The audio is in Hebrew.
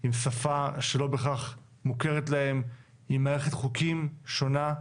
עם שפה שלא בהכרח מוכרת להם, עם מערכת חוקים שונה.